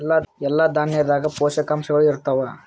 ಎಲ್ಲಾ ದಾಣ್ಯಾಗ ಪೋಷಕಾಂಶಗಳು ಇರತ್ತಾವ?